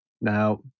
Now